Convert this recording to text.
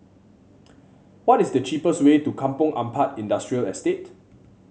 what is the cheapest way to Kampong Ampat Industrial Estate